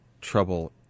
trouble